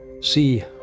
see